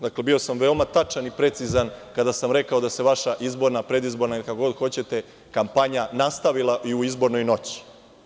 Dakle, bio sam vrlo tačan i precizan kada sam rekao da se vaša izborna, predizborna, kako god hoćete kampanja nastavila i u izbornoj noći.